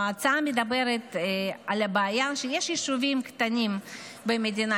ההצעה מדברת על הבעיה שיש יישובים קטנים במדינה,